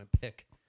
pick